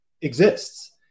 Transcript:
exists